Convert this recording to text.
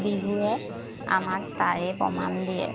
বিহুৱে আমাক তাৰে প্ৰমাণ দিয়ে